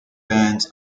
bands